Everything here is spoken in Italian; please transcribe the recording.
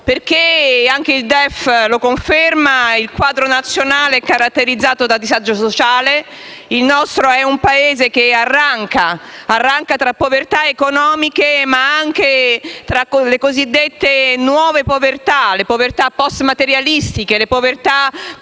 perché anche il DEF conferma che il quadro nazionale è caratterizzato da disagio sociale. Il nostro è un Paese che arranca, tra povertà economiche, ma anche tra le cosiddette nuove povertà, post-materialistiche e qualitative.